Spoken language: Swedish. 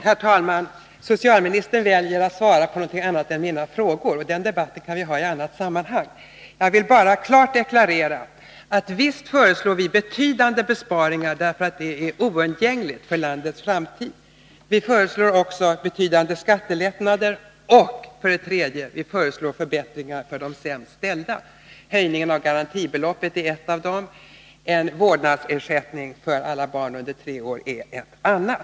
Herr talman! Socialministern väljer att svara på någonting annat än mina frågor, men den debatten kan vi ha i annat sammanhang. Jag vill bara klart deklarera att vi för det första föreslår betydande besparingar, därför att det är oundgängligt för landets framtid. Vi föreslår för det andra betydande skattelättnader och för det tredje förbättringar för de sämst ställda. Höjningen av garantibeloppet är en av förbättringarna. En vårdnadsersättning för alla barn under tre år är en annan.